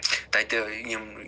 تتہِ یِم